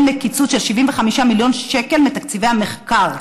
מקיצוץ של 75 מיליון שקל בתקציבי המחקר.